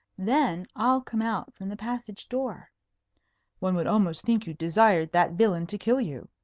then i'll come out from the passage-door. one would almost think you desired that villain to kill you,